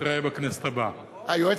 נתראה בכנסת הבאה.